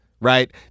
right